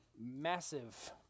massive